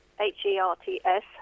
h-e-r-t-s